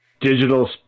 digital